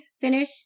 finish